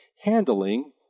handling